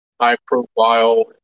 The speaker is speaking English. high-profile